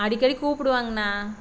அடிக்கடி கூப்பிடுவாங்ண்ணா